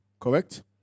correct